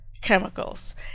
chemicals